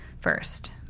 first